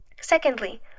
Secondly